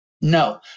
No